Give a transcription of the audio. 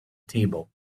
table